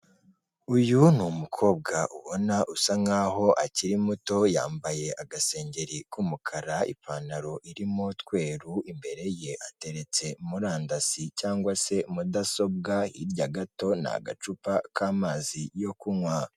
Uyu ni umukobwa ubona usa nk'aho akiri muto, yambaye agasengeri k'umukara, ipantaro irimo utweru imbere ye hateretse murandasi cyangwa se mudasobwa, hirya gato ni agacupa k'amazi yo kunywa.